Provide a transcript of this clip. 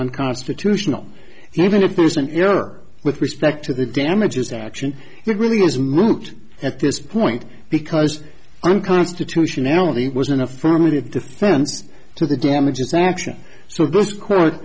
unconstitutional even if there's an error with respect to the damages action it really is moot at this point because on constitutionality it was an affirmative defense to the damages action so this court